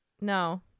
no